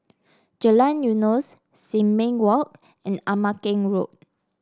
Jalan Eunos Sin Ming Walk and Ama Keng Road